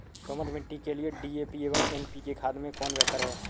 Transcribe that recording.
दोमट मिट्टी के लिए डी.ए.पी एवं एन.पी.के खाद में कौन बेहतर है?